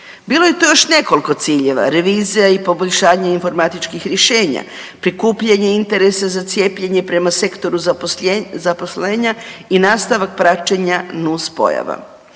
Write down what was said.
Bilo je to još nekoliko ciljeva, revizija i poboljšanje informatičkih rješenja, prikupljanje interesa za cijepljenje prema sektoru zaposlenja i nastavak praćenja nuspojava.